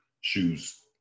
shoes